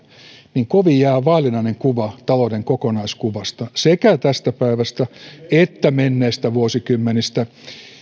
niin kovin jää vaillinainen kuva talouden kokonaiskuvasta sekä tästä päivästä että menneistä vuosikymmenistä